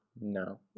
No